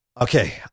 Okay